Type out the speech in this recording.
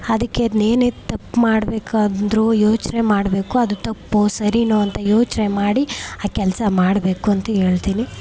ಅದಕ್ಕೆ ಏನೇ ತಪ್ಪು ಮಾಡಬೇಕು ಅಂದರು ಯೋಚನೆ ಮಾಡಬೇಕು ಅದು ತಪ್ಪೋ ಸರಿನೋ ಅಂತ ಯೋಚನೆ ಮಾಡಿ ಆ ಕೆಲಸ ಮಾಡಬೇಕು ಅಂತ ಹೇಳ್ತೀನಿ